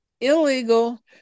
Illegal